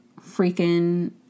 freaking